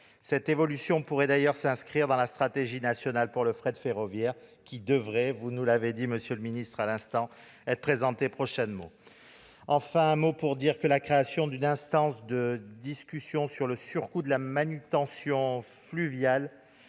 Cette évolution pourrait d'ailleurs s'inscrire dans la stratégie nationale pour le fret ferroviaire, qui devrait, comme vous venez de nous le dire, monsieur le ministre, être présentée prochainement. Un mot, enfin, pour dire que la création d'une instance de discussion sur le surcoût de la manutention fluviale,